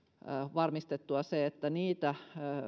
varmistettua nyt se että niitä